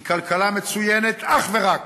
היא כלכלה מצוינת אך ורק